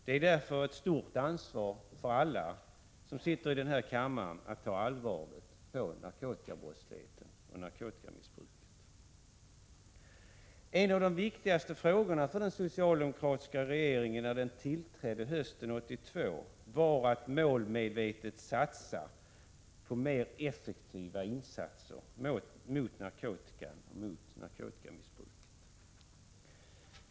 Det är därför ett stort ansvar för alla som sitter i den här kammaren att ta allvarligt på narkotikaproblemen. En av de viktigaste frågorna för den socialdemokratiska regeringen när den tillträdde hösten 1982 var att målmedvetet satsa på mer effektiva insatser mot narkotika och narkotikamissbruk.